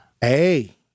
Hey